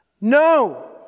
No